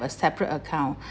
a separate account